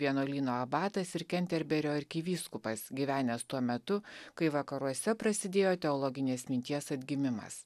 vienuolyno abatas ir kenterberio arkivyskupas gyvenęs tuo metu kai vakaruose prasidėjo teologinės minties atgimimas